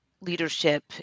leadership